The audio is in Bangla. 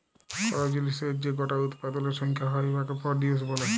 কল জিলিসের যে গটা উৎপাদলের সংখ্যা হ্যয় উয়াকে পরডিউস ব্যলে